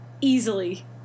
Easily